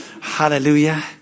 Hallelujah